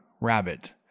Rabbit